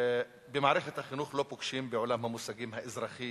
במערכת החינוך לא פוגשים בעולם המושגים האזרחי